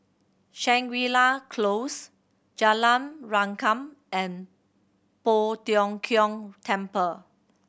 Shangri La Close Jalan Rengkam and Poh Tiong Kiong Temple